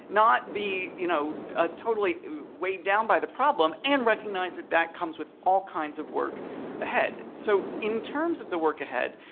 not be you know ah totally weighed down by the problem, and recognize that that come with all kinds of work ahead. so in terms of the work ahead,